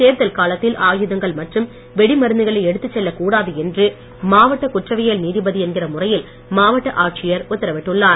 தேர்தல் காலத்தில் ஆயுதங்கள் மற்றும் வெடிமருந்துகளை எடுத்துச் செல்லக் கூடாது என்று மாவட்ட குற்றவியல் நீதிபதி என்கிற முறையில் மாவட்ட ஆட்சியர் உத்தரவிட்டுள்ளார்